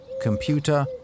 computer